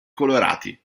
colorati